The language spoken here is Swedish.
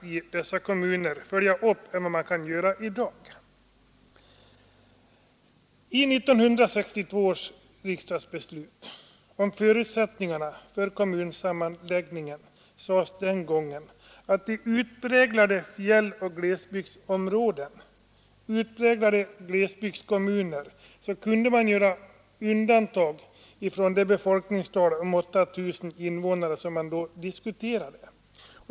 I 1962 års riksdagsbeslut om förutsättningarna för kommunsammanläggningar sades att i utpräglade fjälloch glesbygdskommuner kunde man göra undantag från det befolkningstal på 8 000 invånare som man då diskuterade.